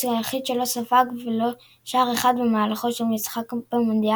הוא היחיד שלא ספג ולו שער אחד במהלכו של משחק במונדיאל,